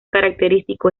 característico